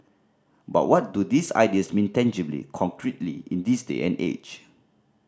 but what do these ideas mean tangibly concretely in this day and age